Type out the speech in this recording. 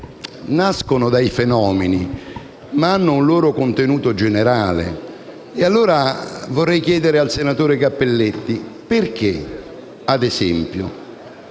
certo dai fenomeni, ma hanno un loro contenuto generale. E pertanto vorrei chiedere al senatore Cappelletti: perché, ad esempio,